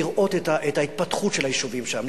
לראות את ההתפתחות של היישובים שם,